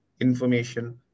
information